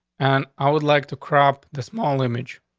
and i would like to crop the small image.